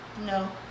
No